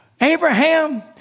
Abraham